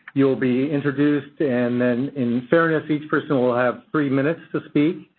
you'll be introduced and then, in fairness, each person will have three minutes to speak.